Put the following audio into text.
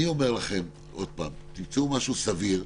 אני אומר לכם עוד פעם, תמצאו משהו סביר.